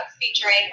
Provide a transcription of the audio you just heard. featuring